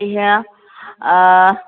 ꯏꯌꯥ ꯑꯥ